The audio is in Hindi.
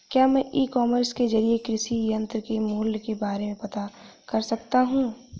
क्या मैं ई कॉमर्स के ज़रिए कृषि यंत्र के मूल्य के बारे में पता कर सकता हूँ?